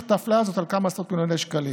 את האפליה הזאת על כמה עשרות מיליוני שקלים,